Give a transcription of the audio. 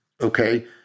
okay